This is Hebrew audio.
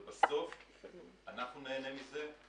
ובסוף אנחנו נהנה מזה,